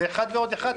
זה אחד ועוד אחד,